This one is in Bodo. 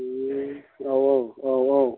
बे औ औ